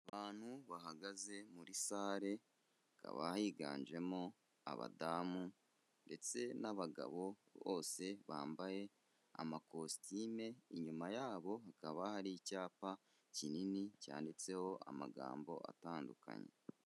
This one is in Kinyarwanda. Abantu bahagaze muri sale, hakaba higanjemo abadamu ndetse n'abagabo bose bambaye amakositime, inyuma yabo hakaba hari icyapa kinini cyanditseho amagambo atandukanye.